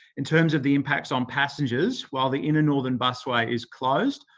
in terms of the impacts on passengers, while the inner northern busway is closed,